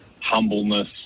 humbleness